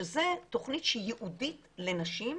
שזה תוכנית שהיא ייעודית לנשים